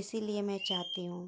اسی لیے میں چاہتی ہوں